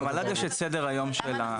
למל"ג יש את סדר היום שלה.